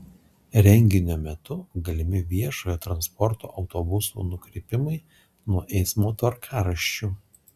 renginio metu galimi viešojo transporto autobusų nukrypimai nuo eismo tvarkaraščių